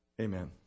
Amen